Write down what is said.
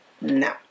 No